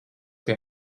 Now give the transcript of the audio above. pie